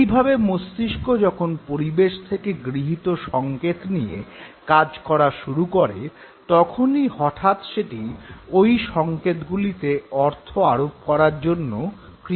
এইভাবে মস্তিষ্ক যখন পরিবেশ থেকে গৃহীত সঙ্কেত নিয়ে কাজ করা শুরু করে তখনই হঠাৎ সেটি ঐ সঙ্কেতগুলিতে অর্থ আরোপ করার জন্য ক্রিয়াশীল হয়